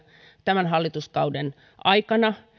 tämän hallituskauden aikana